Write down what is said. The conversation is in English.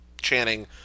Channing